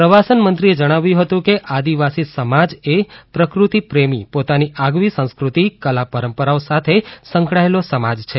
પ્રવાસન મંત્રીએ જણાવ્યું હતું કે આદિવાસી સમાજએ પ્રકૃતિપ્રેમી પોતાની આગવી સંસ્કૃતિ કલા પરંપરાઓ સાથે સંકાળાયેલો સમાજ છે